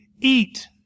eat